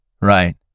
right